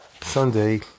Sunday